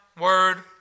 word